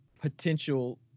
potential